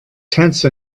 tense